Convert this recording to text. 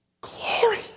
glory